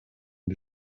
the